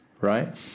right